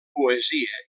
poesia